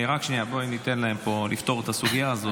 רק שנייה, בואי ניתן להם פה לפתור את הסוגיה הזאת.